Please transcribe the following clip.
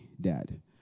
dad